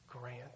grant